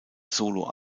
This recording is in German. solo